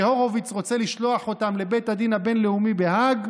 שהורוביץ רוצה לשלוח אותם לבית הדין הבין-לאומי בהאג.